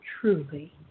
truly